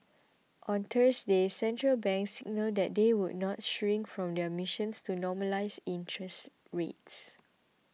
on Thursday central banks signalled that they would not shirk from their missions to normalise interest rates